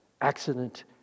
accident